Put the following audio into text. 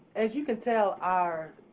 as you can tell, our